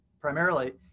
primarily